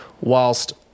whilst